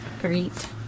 Great